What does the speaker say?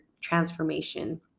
transformation